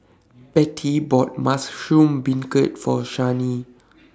Betty bought Mushroom Beancurd For Shani